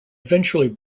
eventually